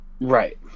Right